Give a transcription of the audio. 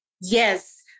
Yes